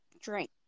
drink